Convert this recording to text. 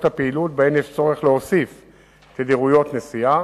הפעילות שבהן יש צורך להגביר את תדירות הנסיעה.